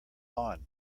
lawn